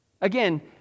Again